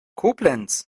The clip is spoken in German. koblenz